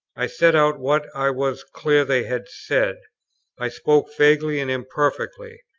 i said out what i was clear they had said i spoke vaguely and imperfectly,